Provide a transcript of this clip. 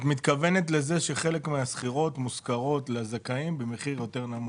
את מתכוונת לזה שחלק מהדירות מושכרות לזכאים במחיר יותר נמוך.